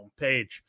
homepage